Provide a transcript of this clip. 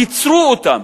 קצרו אותם.